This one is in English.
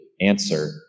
answer